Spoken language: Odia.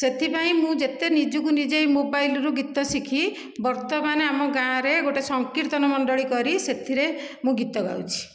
ସେଥିପାଇଁ ମୁଁ ଯେତେ ନିଜକୁ ନିଜେ ମୋବାଇଲରୁ ଗୀତ ଶିଖି ବର୍ତ୍ତମାନ ଆମ ଗାଁରେ ଗୋଟିଏ ସଂକୀର୍ତ୍ତନ ମଣ୍ଡଳି କରି ସେଥିରେ ମୁଁ ଗୀତ ଗାଉଛି